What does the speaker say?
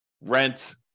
rent